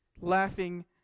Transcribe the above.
laughing